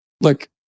Look